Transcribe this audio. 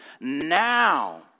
now